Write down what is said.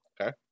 Okay